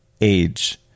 age